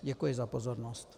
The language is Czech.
Děkuji za pozornost.